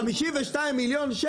אפשר לתת בשורה בעניין.